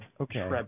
Okay